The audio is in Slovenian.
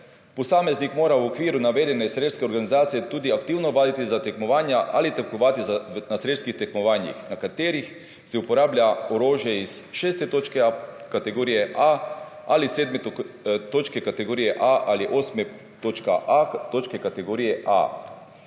posameznik mora v okviru navedenih strelske organizacije tudi aktivno vaditi za tekmovanja ali tekmovati na strelskih tekmovanjih na katerih se uporablja orožje iz 6. točke kategorije A ali 7. toke kategorije A ali 8. točke kategorije A.